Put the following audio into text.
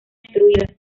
destruida